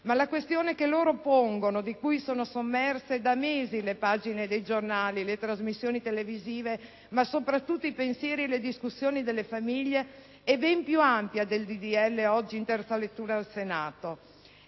Ma la questione che loro pongono, di cui sono sommerse da mesi le pagine dei giornali, le trasmissioni televisive, ma soprattutto i pensieri e le discussioni delle famiglie, è ben più ampia del disegno di legge oggi in terza lettura al Senato.